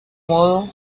modo